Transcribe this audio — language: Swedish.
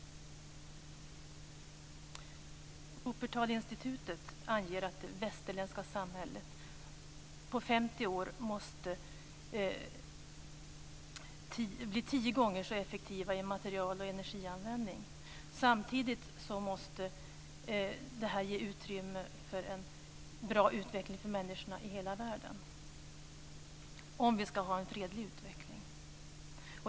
Wuppertalinstitutet anger att det västerländska samhället på 50 år måste bli tio gånger så effektivt i material och energianvändning. Samtidigt måste det ge utrymme för en bra utveckling för människorna i hela världen om vi ska ha en fredlig utveckling.